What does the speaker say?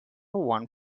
one